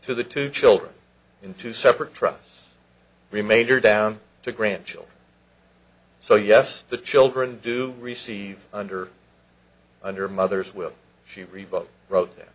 to the two children in two separate trusts remainder down to grandchildren so yes the children do receive under under mother's will she revoke wrote the